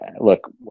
look